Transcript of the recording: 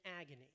agony